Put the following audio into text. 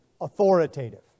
authoritative